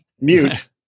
mute